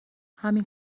همین